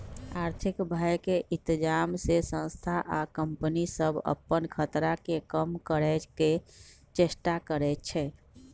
आर्थिक भय के इतजाम से संस्था आ कंपनि सभ अप्पन खतरा के कम करए के चेष्टा करै छै